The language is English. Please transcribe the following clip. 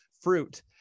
fruit